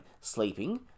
sleeping